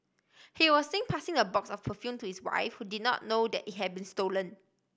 he was seen passing the box of perfume to his wife who did not know that it had been stolen